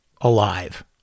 alive